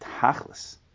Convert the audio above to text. tachlis